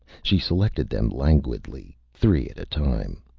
she selected them languidly, three at a time.